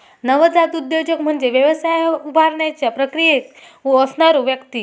नवजात उद्योजक म्हणजे व्यवसाय उभारण्याच्या प्रक्रियेत असणारो व्यक्ती